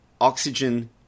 Oxygen